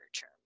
term